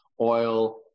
oil